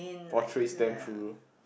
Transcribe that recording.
portrays them through